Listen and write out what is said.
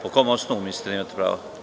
Po kom osnovu mislite da imate pravo?